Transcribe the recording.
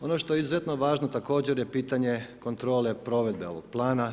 Ono što je izuzetno važno također je pitanje kontrole provedbe ovog plana.